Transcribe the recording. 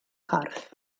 corff